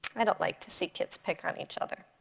i don't like to see kids pick on each other.